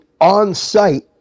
on-site